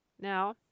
Now